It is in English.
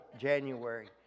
January